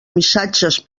missatges